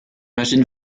machine